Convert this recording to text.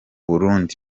burundi